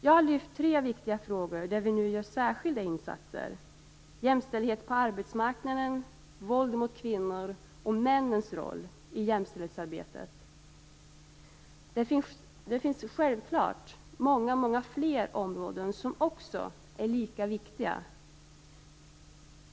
Jag har lyft fram tre viktiga områden där vi nu gör särskilda insatser: jämställdhet på arbetsmarknaden, våld mot kvinnor och männens roll i jämställdhetsarbetet. Det finns självfallet många, många fler områden som är lika viktiga.